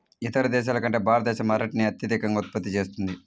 ఇతర దేశాల కంటే భారతదేశం అరటిని అత్యధికంగా ఉత్పత్తి చేస్తుంది